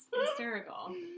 hysterical